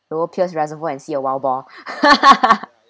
lower peirce reservoir and see a wild boar